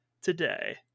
today